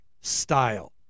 style